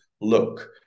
look